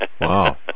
Wow